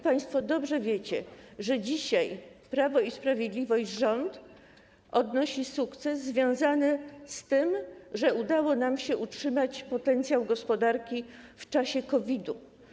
Państwo dobrze wiecie, że dzisiaj Prawo i Sprawiedliwość, że rząd odnosi sukces związany z tym, że udało nam się utrzymać potencjał gospodarki w czasie COVID-u.